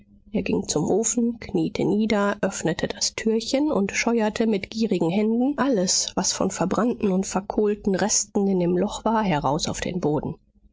er ging zum ofen kniete nieder öffnete das türchen und scheuerte mit gierigen händen alles was von verbrannten und verkohlten resten in dem loch war heraus auf den boden